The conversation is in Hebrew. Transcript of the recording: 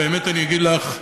והאמת אני אגיד לך,